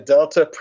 Delta